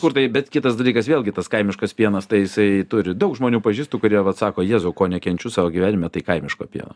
kur tai bet kitas dalykas vėlgi tas kaimiškas pienas tai jisai turi daug žmonių pažįstu kurie vat sako jėzau ko nekenčiu savo gyvenime tai kaimiško pieno